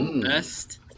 best